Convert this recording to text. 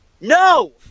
no